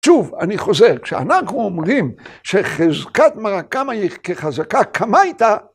‫שוב, אני חוזר, כשאנחנו אומרים ‫שחזקת מרא קמה היא כחזקה כמה הייתה...